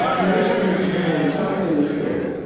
listening to her and talking with her,